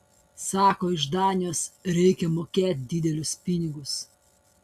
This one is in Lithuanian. sako iš danijos reikia mokėt didelius pinigus